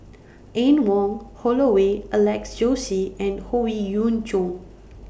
Anne Wong Holloway Alex Josey and Howe Yoon Chong